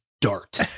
dart